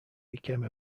became